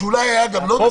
שאולי הוא היה לא בסדר.